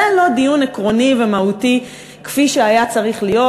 זה לא דיון עקרוני ומהותי כפי שהיה צריך להיות,